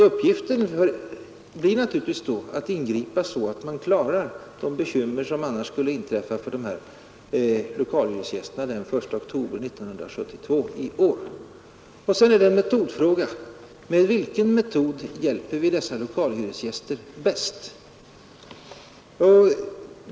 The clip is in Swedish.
Uppgiften blir naturligtvis då att ingripa så att man klarar de bekymmer som annars skulle uppkomma för dessa lokalhyresgäster den 1 oktober i år. Sedan är det en metodfråga: Med vilken metod hjälper vi dessa lokalhyresgäster bäst?